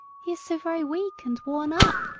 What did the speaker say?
he is so very weak and worn up.